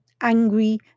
Angry